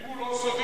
אם הוא לא סודי,